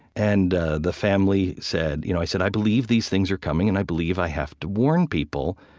and the family said you know i said, i believe these things are coming, and i believe i have to warn people.